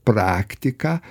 praktiką tai reiškia